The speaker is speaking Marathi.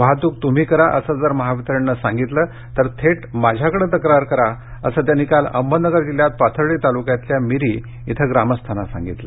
वाहतुक तृम्ही करा असं जर महावितरणनं सांगितलं तर थेट माझ्याकडे तक्रार करा असं त्यांनी काल अहमदनगर जिल्ह्यात पाथर्डी तालुक्यातल्या मिरी इथं ग्रामस्थांना सांगितलं